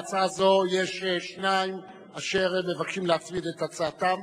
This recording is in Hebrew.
להצעה זו יש שניים אשר מבקשים להצמיד את הצעתם.